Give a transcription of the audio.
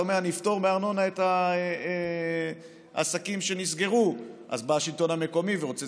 אתה אומר אני אפטור מארנונה את העסקים שנסגרו אז בא השלטון המקומי ורוצה